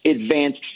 advanced